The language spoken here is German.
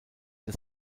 des